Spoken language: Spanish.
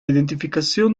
identificación